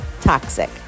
toxic